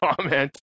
comment